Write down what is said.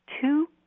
two